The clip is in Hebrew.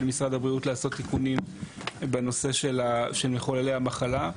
משרד הבריאות לעשות תיקונים בנושא של מחוללי המחלה.